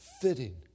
fitting